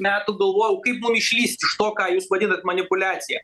metų galvojau kaip mum išlįsti iš to ką jūs vadinat manipuliacija